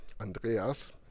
Andreas